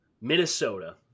Minnesota